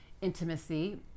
intimacy